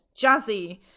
jazzy